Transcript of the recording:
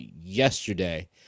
yesterday